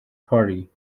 party